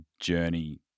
journey